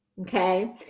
Okay